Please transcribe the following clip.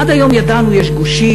עד היום ידענו: יש גושים,